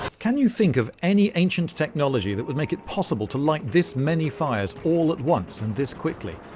can you think of any ancient technology that would make it possible to light this many fires all at once, and this quickly?